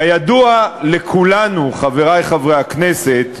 כידוע לכולנו, חברי חברי הכנסת,